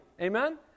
Amen